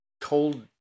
told